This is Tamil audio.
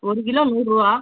ஒரு கிலோ நூறுபா